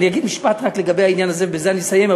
אני אגיד משפט רק לגבי העניין הזה ובזה אני אסיים,